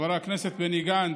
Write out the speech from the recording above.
חבר הכנסת בני גנץ,